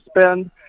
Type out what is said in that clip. spend